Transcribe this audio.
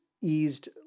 eased